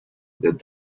that